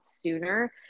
sooner